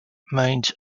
means